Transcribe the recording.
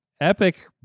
Epic